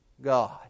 God